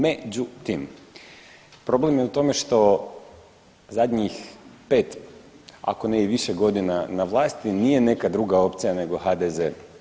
Međutim, problem je u tome što zadnjih 5, ako ne i više godina na vlasti nije neka druga opcija, nego HDZ.